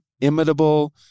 imitable